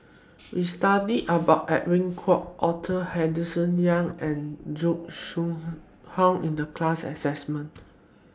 We studied about Edwin Koek Arthur Henderson Young and Zhuang Shengtao in The class assignment